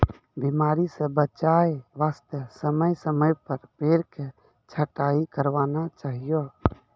बीमारी स बचाय वास्तॅ समय समय पर पेड़ के छंटाई करवाना चाहियो